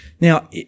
Now